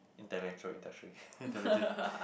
intellectual industry intelligent